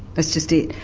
that's just it,